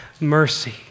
mercy